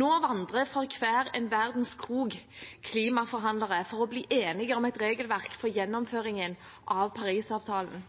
Nå vandrer fra hver en krok i verden klimaforhandlere for å bli enige om et regelverk for gjennomføringen av Parisavtalen,